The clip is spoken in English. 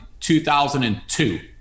2002